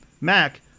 Mac